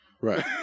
Right